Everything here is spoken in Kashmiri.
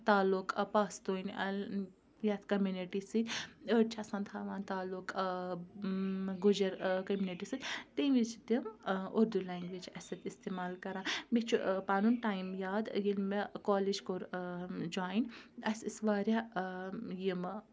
تعلق پَستوٗنۍ یَتھ کٔمنِٹی سۭتۍ أڑۍ چھِ آسان تھَوان تعلق گُجَر کٔمنِٹی سۭتۍ تمہِ وِز چھِ تِم اُردوٗ لینٛگویج اَسہِ سۭتۍ استعمال کَران مےٚ چھُ پَنُن ٹایم یاد ییٚلہِ مےٚ کالج کوٚر جوٚیِن اَسہِ ٲسۍ واریاہ یِمہٕ